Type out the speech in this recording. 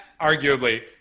arguably